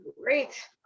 great